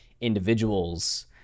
individuals